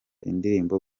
indirimbo